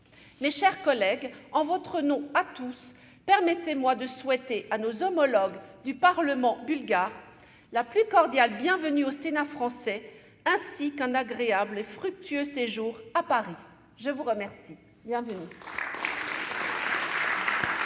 Mes chers collègues, en votre nom à tous, permettez-moi de souhaiter à nos homologues du parlement bulgare la plus cordiale bienvenue au Sénat français, ainsi qu'un agréable et fructueux séjour à Paris. J'informe le Sénat que